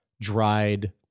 dried